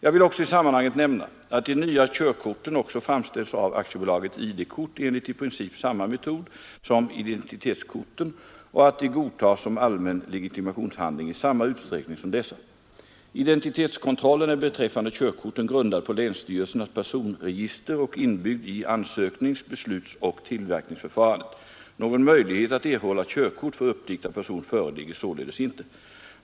Jag vill i sammanhanget nämna, att de nya körkorten också framställs av AB ID-kort enligt i princip samma metod som identitetskorten och att de godtas som allmän legitimationshandling i samma utsträckning som dessa. Identitetskontrollen är beträffande körkorten grundad på länsstyrelsernas personregister och inbyggd i ansöknings-, beslutsoch tillverkningsförfarandet. Någon möjlighet att erhålla körkort för uppdiktad person föreligger således inte.